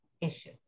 issue